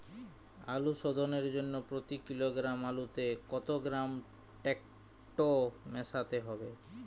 আলু শোধনের জন্য প্রতি কিলোগ্রাম আলুতে কত গ্রাম টেকটো মেশাতে হবে?